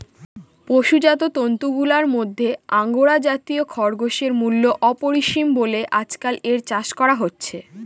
পশুজাত তন্তুগুলার মধ্যে আঙ্গোরা জাতীয় খরগোশের মূল্য অপরিসীম বলে আজকাল এর চাষ করা হচ্ছে